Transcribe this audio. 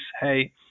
Hey